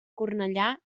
cornellà